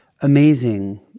amazing